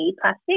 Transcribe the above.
plastic